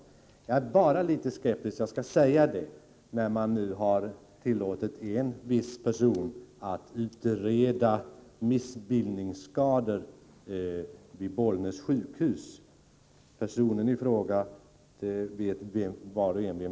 Men jag vill gärna säga att jag är litet skeptisk mot att man har tillåtit en viss person att utreda missbildningsskador vid Bollnäs sjukhus.